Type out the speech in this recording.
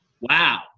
wow